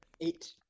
Eight